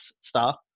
star